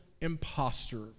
imposter